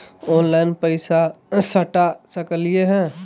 Online पैसा सटा सकलिय है?